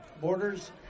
borders